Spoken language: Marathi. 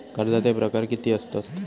कर्जाचे प्रकार कीती असतत?